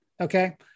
Okay